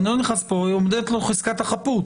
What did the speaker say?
ואני לא נכנס פה, עומדת לו חזקת החפות